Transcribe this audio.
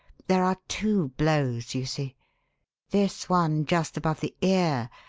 there are two blows, you see this one just above the ear,